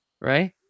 Right